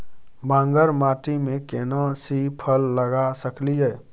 बांगर माटी में केना सी फल लगा सकलिए?